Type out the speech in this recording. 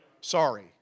Sorry